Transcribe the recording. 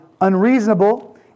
unreasonable